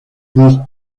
pour